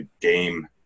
game –